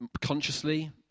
Consciously